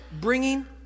bringing